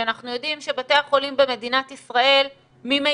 כשאנחנו יודעים שבתי החולים במדינת ישראל ממילא